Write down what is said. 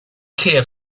care